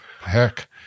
heck